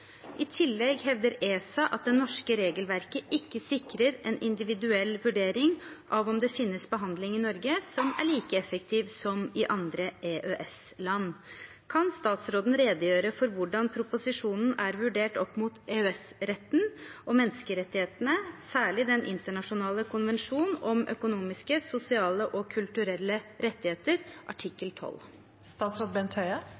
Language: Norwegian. I tillegg hevder ESA at det norske regelverket ikke sikrer en individuell vurdering av om det finnes behandling i Norge som er like effektiv som i andre EØS-land. Kan statsråden redegjøre for hvordan proposisjonen er vurdert opp mot EØS-retten og menneskerettighetene, særlig Den internasjonale konvensjon om økonomiske, sosiale og kulturelle rettigheter,